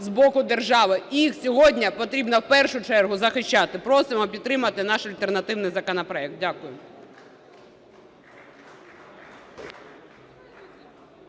з боку держави, їх сьогодні потрібно в першу чергу захищати. Просимо підтримати наш альтернативний законопроект. Дякую.